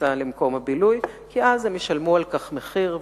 בכניסה למקום הבילוי הם ישלמו על כך מחיר.